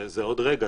זה עוד רגע,